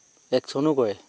একচনো কৰে